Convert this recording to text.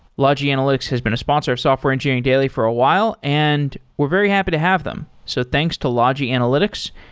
logi analytics has been a sponsor of software engineering daily for a while and we're very happy to have them. so thanks to logi analytics,